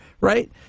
right